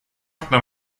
что